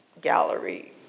gallery